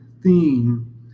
theme